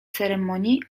ceremonii